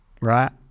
right